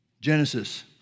Genesis